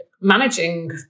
managing